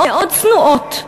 מאוד צנועות,